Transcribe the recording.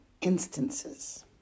instances